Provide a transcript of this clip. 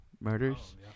murders